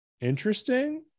interesting